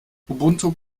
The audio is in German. ubuntu